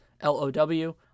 l-o-w